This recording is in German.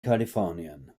kalifornien